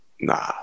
Nah